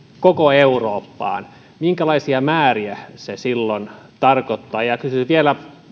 koko eurooppaan minkälaisia määriä se silloin tarkoittaa kysyisin vielä